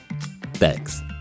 thanks